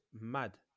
mad